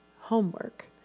homework